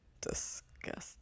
Disgusting